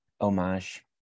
homage